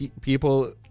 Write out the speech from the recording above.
people